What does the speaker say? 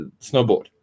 snowboard